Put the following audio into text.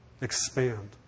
expand